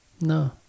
No